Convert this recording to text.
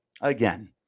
Again